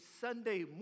sunday